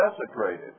desecrated